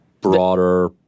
broader